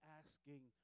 asking